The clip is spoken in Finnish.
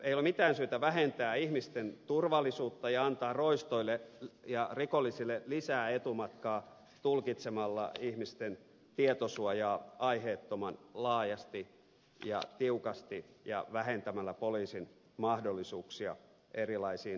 ei ole mitään syytä vähentää ihmisten turvallisuutta ja antaa roistoille ja rikollisille lisää etumatkaa tulkitsemalla ihmisten tietosuojaa aiheettoman laajasti ja tiukasti ja vähentämällä poliisin mahdollisuuksia erilaisiin rekisteritietoihin